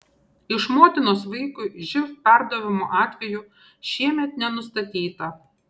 iš motinos vaikui živ perdavimo atvejų šiemet nenustatyta